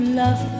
love